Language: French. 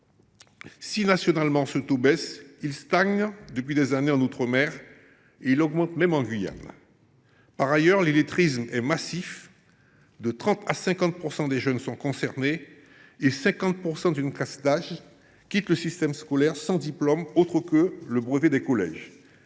si nationalement ce taux baisse, il stagne depuis des années en outre mer, et il augmente même en Guyane. Par ailleurs, l’illettrisme y est massif : de 30 % à 50 % des jeunes sont concernés, et la moitié d’une classe d’âge quitte le système scolaire sans diplôme autre que le brevet des collèges.